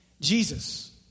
Jesus